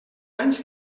anys